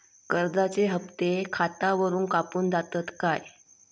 कर्जाचे हप्ते खातावरून कापून जातत काय?